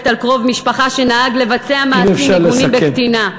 על קרוב משפחה שנהג לבצע מעשים מגונים בקטינה.